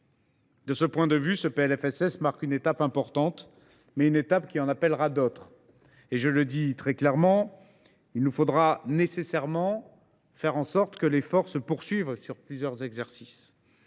De ce point de vue, ce PLFSS marque une étape importante, mais qui en appellera d’autres. Je le dis très clairement, il faudra nécessairement que l’effort se poursuive sur plusieurs exercices